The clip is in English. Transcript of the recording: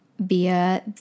via